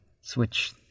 switch